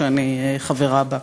שאני חברה בה.